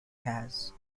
has